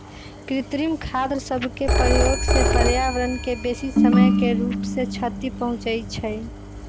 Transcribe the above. कृत्रिम खाद सभके प्रयोग से पर्यावरण के बेशी समय के रूप से क्षति पहुंचइ छइ